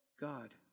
God